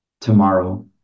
tomorrow